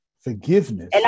Forgiveness